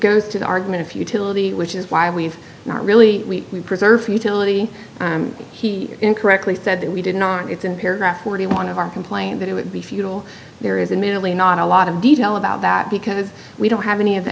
goes to the argument of futility which is why we've not really we preserved futility he incorrectly said that we did not it's in paragraph forty one of our complaint that it would be futile there is a mentally not a lot of detail about that because we don't have any of the